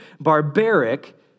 barbaric